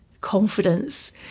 confidence